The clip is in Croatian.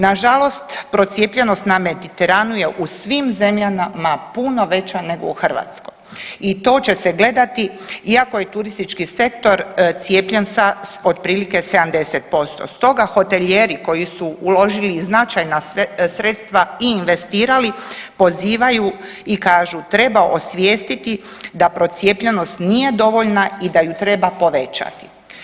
Nažalost procijepljenost na Mediteranu je u svim zemljama puno veća nego u Hrvatskoj i to će se gledati iako je turistički sektor cijepljen sa otprilike 70% stoga hotelijeri koji su uložili i značajna sredstva i investirali pozivaju i kažu, treba osvijestiti da procijepljenost nije dovoljna i da ju treba povećati.